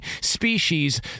species